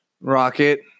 rocket